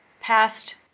past